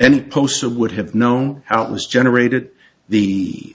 and posa would have known out was generated the